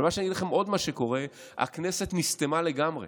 אבל אני אגיד לכם עוד מה שקורה: הכנסת נסתמה לגמרי.